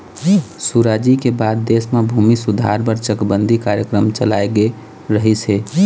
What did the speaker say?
सुराजी के बाद देश म भूमि सुधार बर चकबंदी कार्यकरम चलाए गे रहिस हे